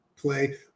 play